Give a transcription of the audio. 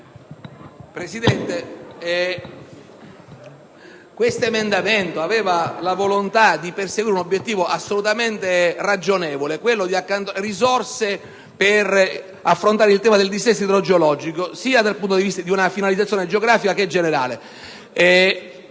Presidente, l'emendamento 3.Tab.A.23 intende perseguire l'obiettivo assolutamente ragionevole di accantonare risorse per affrontare il tema del dissesto idrogeologico, sia dal punto di vista di una finalizzazione geografica che generale.